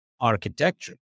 architecture